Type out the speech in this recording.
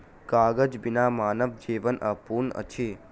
कागज बिना मानव जीवन अपूर्ण अछि